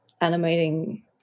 animating